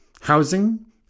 housing